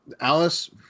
Alice